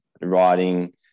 writing